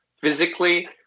physically